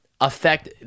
affect